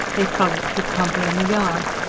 they frolicked with pompey in the yard.